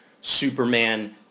Superman